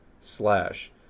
slash